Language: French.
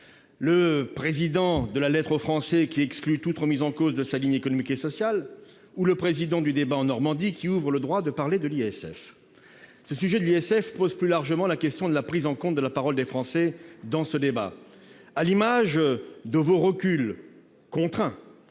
Le Président de, qui exclut toute remise en cause de sa ligne économique et sociale, ou celui du débat en Normandie, qui ouvre le droit à parler de l'ISF ? Ce sujet pose plus largement la question de la prise en compte de la parole des Français dans ce débat, à l'image de vos reculs contraints